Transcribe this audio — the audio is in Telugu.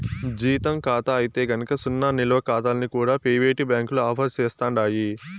జీతం కాతా అయితే గనక సున్నా నిలవ కాతాల్ని కూడా పెయివేటు బ్యాంకులు ఆఫర్ సేస్తండాయి